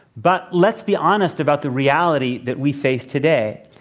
but let's be honest about the reality that we face today.